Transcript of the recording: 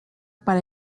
para